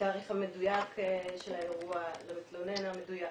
לתאריך המדויק של האירוע לתוקף